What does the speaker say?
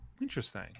interesting